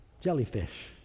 jellyfish